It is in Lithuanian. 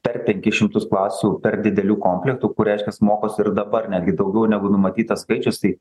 per penkis šimtus klasių per didelių komplektų kur reiškias mokosi ir dabar netgi daugiau negu numatytas skaičius tai